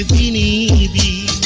money the